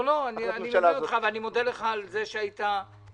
אני מבין אותך ואני מודה לך על כך שבסך